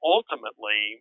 Ultimately